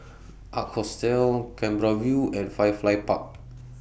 Ark Hostel Canberra View and Firefly Park